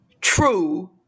true